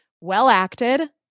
well-acted